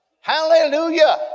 Hallelujah